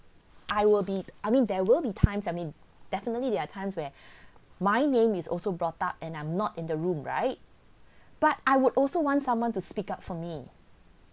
I will be I mean there will be times I mean definitely there are times where my name is also brought up and I'm not in the room right but I would also want someone to speak up for me